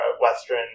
Western